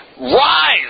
Rise